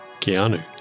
Keanu